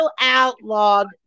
outlawed